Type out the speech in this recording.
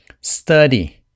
study